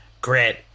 grit